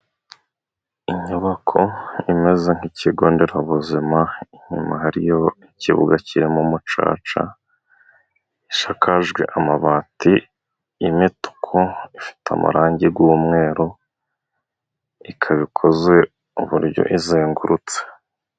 Inyubako imeze nk'ikigo nderabuzima, inyuma hariyo ikibuga kirimo umucaca, ishakajwe amabati y'imituku ifite amarangi y'umweru, ikaba ikoze mu buryo izengurutse.